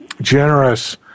generous